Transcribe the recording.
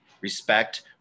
respect